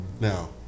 Now